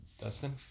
Dustin